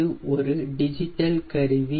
இது ஒரு டிஜிட்டல் கருவி